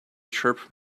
chirp